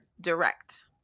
direct